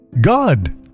God